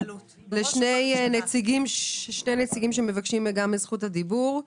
לשני נציגים שמבקשים את זכות הדיבור.